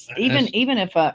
even even if a,